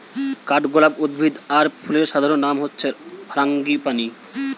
কাঠগোলাপ উদ্ভিদ আর ফুলের সাধারণ নাম হচ্ছে ফারাঙ্গিপানি